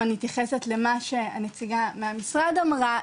אם אני מתייחסת למה שהנציגה מהמשרד אמרה,